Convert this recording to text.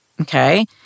okay